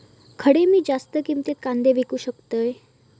खडे मी जास्त किमतीत कांदे विकू शकतय?